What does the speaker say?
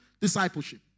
discipleship